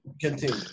continue